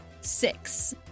Six